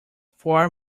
far